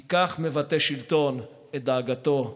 כי כך מבטא שלטון את דאגתו האמיתית.